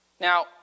Now